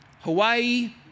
Hawaii